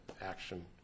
action